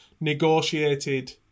negotiated